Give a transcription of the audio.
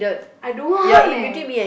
I don't want eh